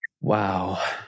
Wow